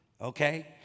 Okay